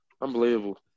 Unbelievable